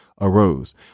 arose